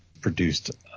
produced